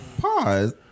Pause